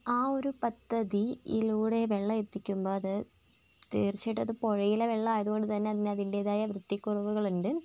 ആ ഒരു പദ്ധതിയിലൂടെ വെള്ളം എത്തിക്കുമ്പോൾ അത് തീർച്ചയായിട്ടും അത് പുഴയിലെ വെള്ളം ആയതുകൊണ്ട് അതിന് അതിൻറ്റേതായ വൃത്തിക്കുറവുകളുണ്ട്